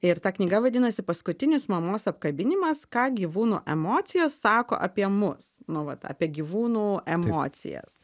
ir ta knyga vadinasi paskutinis mamos apkabinimas ką gyvūnų emocijos sako apie mus nu vat apie gyvūnų emocijas